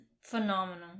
phenomenal